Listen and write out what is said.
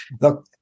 look